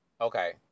Okay